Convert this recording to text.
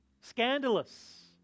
scandalous